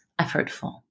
effortful